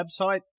website